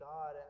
God